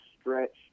stretched